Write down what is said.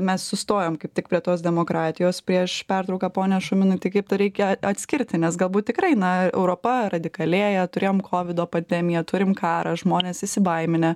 mes sustojom kaip tik prie tos demokratijos prieš pertrauką pone šuminai tai kaip tą reikia atskirti nes galbūt tikrai na europa radikalėja turėjom kovido pandemiją turim karą žmonės įsibaiminę